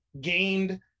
gained